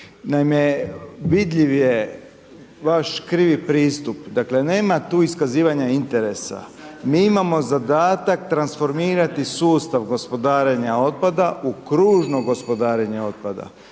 Naime, vidljiv je vaš krivi pristup, dakle nema tu iskazivanja interesa, mi imamo zadatak transformirati sustav gospodarenja otpada u kružno gospodarenje otpadom.